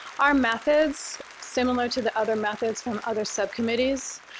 our methods similar to the other methods from other subcommittees,